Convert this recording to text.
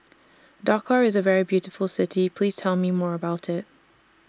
Dakar IS A very beautiful City Please Tell Me More about IT